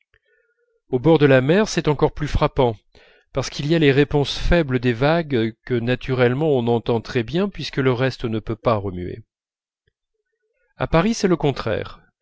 au bord de la mer c'est encore plus frappant parce qu'il y a les réponses faibles des vagues que naturellement on entend très bien puisque le reste ne peut pas remuer à paris c'est le contraire